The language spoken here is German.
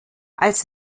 als